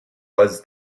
was